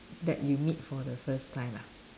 that you meet for the first time ah